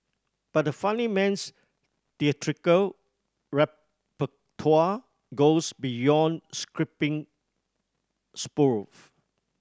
but the funnyman's theatrical repertoire goes beyond scripting spoof